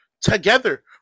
together